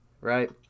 right